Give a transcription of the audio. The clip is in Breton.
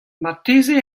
marteze